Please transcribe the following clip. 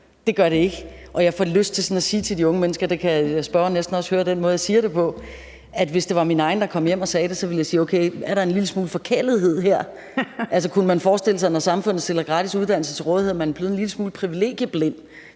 jeg siger det på – og jeg ville sige det, hvis det var min egen, der kom hjem og sagde det: Okay, er der en lille smule forkælethed her? Kunne det tænkes, at man, når samfundet stiller gratis uddannnelse til rådighed, var blevet en lille smule privilegieblind,